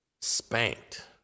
spanked